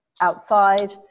outside